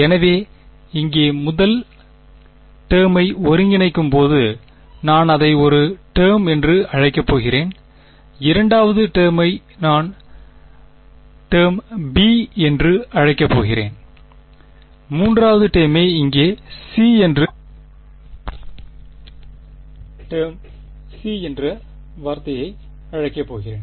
எனவே இங்கே முதல் டெர்மை ஒருங்கிணைக்கும்போது நான் அதை ஒரு டேர்ம் a என்று அழைக்கப் போகிறேன் இரண்டாவது டெர்மை நான் டேர்ம் பி என்று அழைக்கப் போகிறேன் மூன்றாவது டெர்மை இங்கே நான் சி என்ற வார்த்தையை அழைக்கப் போகிறேன்